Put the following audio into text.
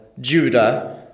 Judah